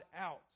out